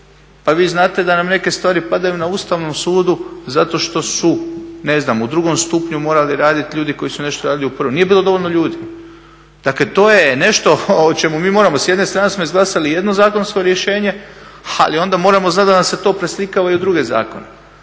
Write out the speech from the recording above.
Pa vi znate da nam neke stvari padaju na Ustavnom sudu zato što su ne znam u drugom stupnju morali raditi ljudi koji su nešto radili u prvom. Nije bilo dovoljno ljudi. Dakle to je nešto o čemu mi moramo s jedne strane smo izglasali jedno zakonsko rješenje, ali onda moramo znati da nam se to preslikava i u druge zakone.